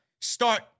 start